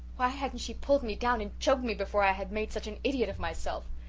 why hadn't she pulled me down and choked me before i had made such an idiot of myself.